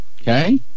Okay